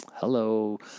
hello